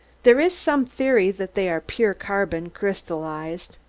there is some theory that they are pure carbon, crystallized.